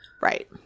right